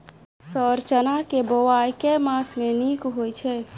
Sir चना केँ बोवाई केँ मास मे नीक होइ छैय?